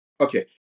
Okay